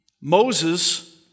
Moses